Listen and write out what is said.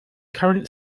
current